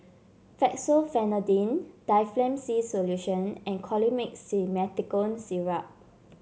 Fexofenadine Difflam C Solution and Colimix Simethicone Syrup